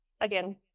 again